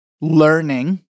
learning